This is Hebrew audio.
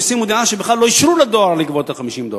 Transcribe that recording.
שבכלל לא אישרו לדואר לגבות את 50 הדולר,